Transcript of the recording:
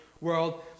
world